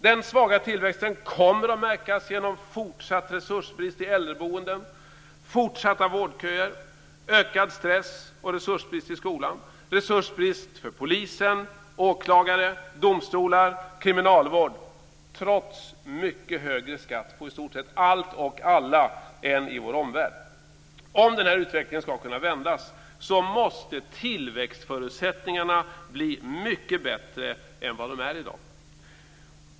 Den svaga tillväxten kommer att märkas genom en fortsatt resursbrist i äldreboenden, fortsatta vårdköer, ökad stress och resursbrist i skolan, resursbrist för polis, åklagare, domstolar och kriminalvård trots mycket högre skatt på i stort sett allt och alla än i vår omvärld. Om den här utvecklingen ska kunna vändas måste tillväxtförutsättningarna bli mycket bättre än vad de är i dag.